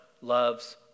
loves